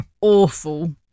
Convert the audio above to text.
awful